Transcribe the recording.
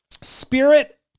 Spirit